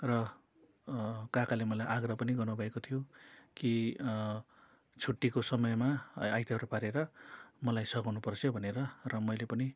र काकाले मलाई आग्रह पनि गर्नुभएको थियो कि छुट्टीको समयमा अ आइतवार पारेर मलाई सघाउनुपर्छ है भनेर र मैले पनि